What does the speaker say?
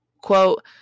Quote